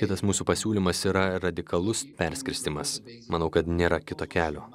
kitas mūsų pasiūlymas yra radikalus perskirstymas manau kad nėra kito kelio